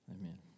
Amen